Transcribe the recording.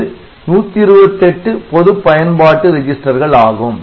இது 128 பொதுப் பயன்பாட்டு ரிஜிஸ்டர்கள் ஆகும்